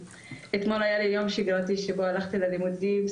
אתמול היה לי יום שגרתי שבו הלכתי ללימודים,